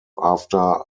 after